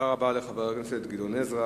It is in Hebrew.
תודה רבה לחבר הכנסת גדעון עזרא.